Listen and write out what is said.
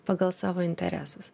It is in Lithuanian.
pagal savo interesus